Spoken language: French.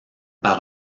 par